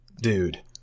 dude